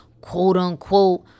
quote-unquote